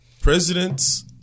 presidents